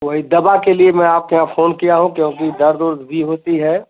वही दवा के लिए में आपके यहाँ फोन किया हूँ क्योंकी दर्द उर्द भी होता है